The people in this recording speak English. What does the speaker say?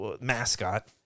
mascot